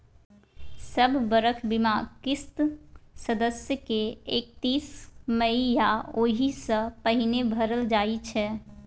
सब बरख बीमाक किस्त सदस्य के एकतीस मइ या ओहि सँ पहिने भरल जाइ छै